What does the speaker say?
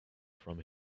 from